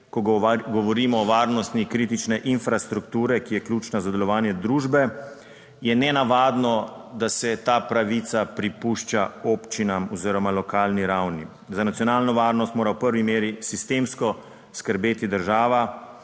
ko govorimo o varnosti kritične infrastrukture, ki je ključna za delovanje družbe, je nenavadno, da se ta pravica prepušča občinam oziroma lokalni ravni. Za nacionalno varnost mora v prvi meri sistemsko skrbeti država